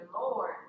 Lord